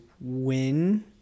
win